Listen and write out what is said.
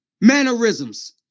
Mannerisms